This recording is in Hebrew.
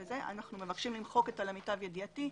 אנחנו מבקשים למחוק את "למיטב ידיעתי".